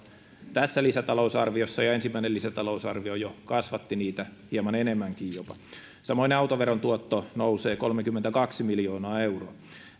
tässä lisätalousarviossa ja ensimmäinen lisätalousarvio jo kasvatti niitä hieman enemmänkin jopa samoin autoveron tuotto nousee kolmekymmentäkaksi miljoonaa euroa